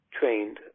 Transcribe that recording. trained